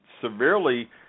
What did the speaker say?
severely